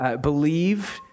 believe